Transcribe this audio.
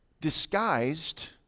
disguised